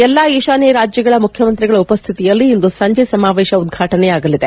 ಎಲ್ಲಾ ಈಶಾನ್ಯ ರಾಜ್ಯಗಳ ಮುಖ್ಯಮಂತ್ರಿಗಳ ಉಪಶ್ಥಿತಿಯಲ್ಲಿ ಇಂದು ಸಂಜೆ ಸಮಾವೇಶ ಉದ್ಘಾಟನೆಯಾಗಲಿದೆ